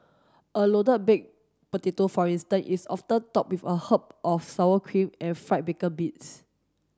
a loaded baked potato for instance is often topped with a of sour cream and fried bacon bits